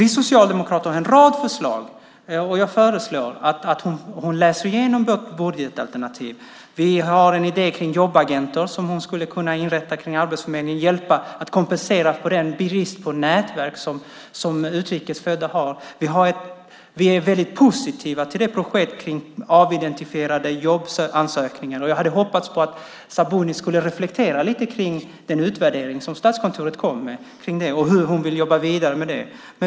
Vi socialdemokrater har en rad förslag, och jag föreslår att ministern läser igenom vårt budgetalternativ. Vi har en idé om jobbagenter som hon skulle kunna inrätta inom Arbetsförmedlingen. Det handlar om att kompensera den brist på nätverk som utrikes födda har. Vi är väldigt positiva till projektet med avidentifierade jobbansökningar, och jag hade hoppats att Sabuni skulle reflektera lite om den utvärdering som Statskontoret kom med och hur hon vill jobba vidare med det.